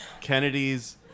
Kennedy's